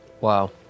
Wow